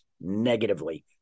negatively